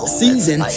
season